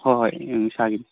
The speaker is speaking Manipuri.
ꯍꯣꯏ ꯍꯣꯏ ꯎꯝ ꯏꯁꯥꯒꯤꯅꯤ